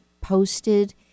posted